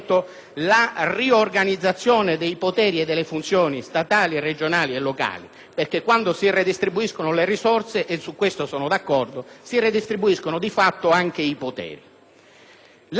locali. Quando si ridistribuiscono le risorse (e su questo sono d'accordo), si ridistribuiscono di fatto anche i poteri. La Commissione, così come prevista nel testo licenziato dalle Commissioni riunite, è transitoria